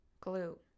Glue